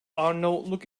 arnavutluk